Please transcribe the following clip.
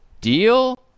Deal